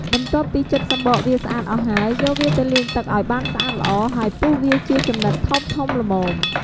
បន្ទាប់ពីចិតសំបកវាស្អាតអស់ហើយ យកវាទៅលាងទឹកឱ្យបានស្អាតល្អ ហើយពុះវាជាចំណិតធំៗល្មម។